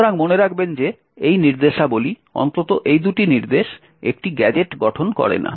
সুতরাং মনে রাখবেন যে এই নির্দেশাবলী অন্তত এই দুটি নির্দেশ একটি গ্যাজেট গঠন করে না